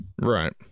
right